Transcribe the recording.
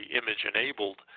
image-enabled